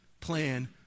plan